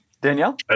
Danielle